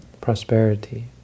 prosperity